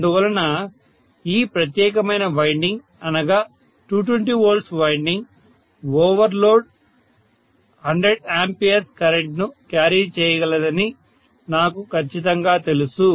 అందువలన ఈ ప్రత్యేకమైన వైండింగ్ అనగా 220 V వైండింగ్ ఓవర్లోడ్ 100 A కరెంట్ను క్యారీ చేయగలదని నాకు ఖచ్చితంగా తెలుసు